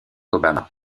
obama